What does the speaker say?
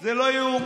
זה לא יאומן.